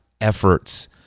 efforts